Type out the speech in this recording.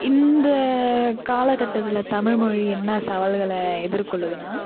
இந்த காலக்கட்டத்தில் தமிழ்மொழி என்ன சவால்களை எதிர்கொள்ளுதுனால்